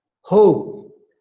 Hope